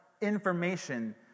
information